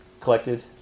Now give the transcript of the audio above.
collected